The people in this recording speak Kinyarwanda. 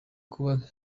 kuba